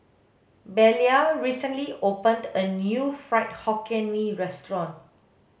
Belia recently opened a new fried hokkien mee restaurant